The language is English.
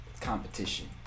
competition